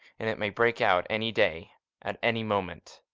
and it may break out any day at any moment.